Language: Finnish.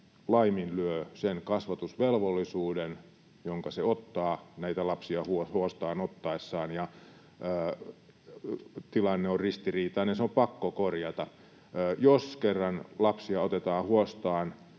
laiminlyö sen kasvatusvelvollisuuden, jonka se ottaa näitä lapsia huostaan ottaessaan. Tilanne on ristiriitainen, se on pakko korjata. Jos kerran lapsia otetaan huostaan